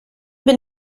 bin